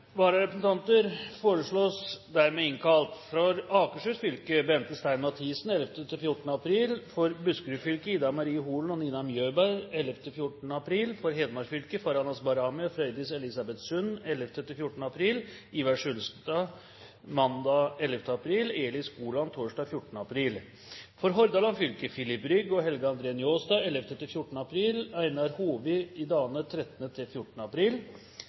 vararepresentanter foreslås innkalt for å møte i Stortinget: For Akershus fylke: Bente Stein Mathisen i tiden 11.–14. april For Buskerud fylke: Ida Marie Holen og Nina Mjøberg i tiden 11.–14. april For Hedmark fylke: Farahnaz Bahrami og Frøydis Elisabeth Sund i tiden 11.–14. april, Ivar Skulstad mandag 11. april og Eli Skoland torsdag 14. april For Hordaland fylke: Filip Rygg og Helge André Njåstad i tiden 11.–14. april og Einar Horvei i dagene 13. og 14. april